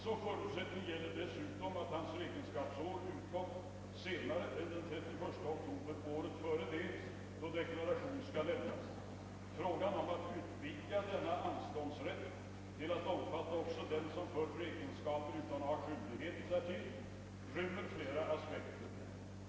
Som förutsättning gäller dessutom att hans räkenskapsår utgått senare än den 31 oktober året före det, då deklarationen skall lämnas. Frågan om att utvidga denna anståndsrätt till att omfatta också den som fört räkenskaper utan att ha haft skyldighet därtill rymmer flera aspekter.